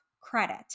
credit